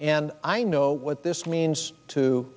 and i know what this means to